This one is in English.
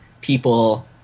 people